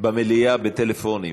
במליאה בטלפונים.